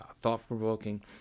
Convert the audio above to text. thought-provoking